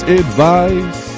advice